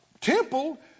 Temple